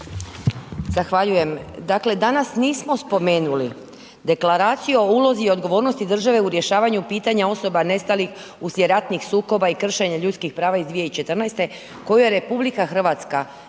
Zahvaljujem. Dakle, danas nismo spomenuli Deklaraciju o ulozi i odgovornosti države u rješavanju pitanja osoba nestalih uslijed ratnih sukoba i kršenja ljudskih prava iz 2014. koju je RH zajedno sa